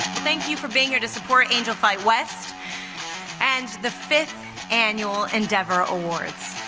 thank you for being here to support angel flight west and the fifth annual endeavor awards.